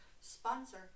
sponsor